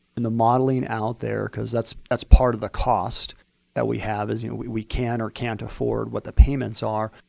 and the modeling out there because that's that's part of the cost that we have. you know we we can or can't afford what the payments are.